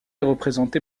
représentée